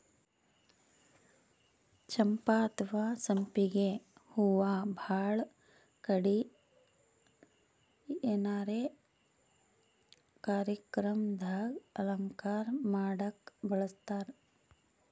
ಚಂಪಾ ಅಥವಾ ಸಂಪಿಗ್ ಹೂವಾ ಭಾಳ್ ಕಡಿ ಏನರೆ ಕಾರ್ಯಕ್ರಮ್ ದಾಗ್ ಅಲಂಕಾರ್ ಮಾಡಕ್ಕ್ ಬಳಸ್ತಾರ್